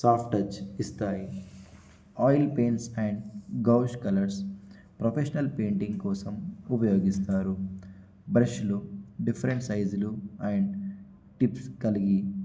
soft touch ఇస్తాయి oil paints and gouache colours professional painting కోసం ఉపయోగిస్తారు బ్రష్లు డిఫరెంట్ సైజులు అండ్ టిప్స్ కలిగి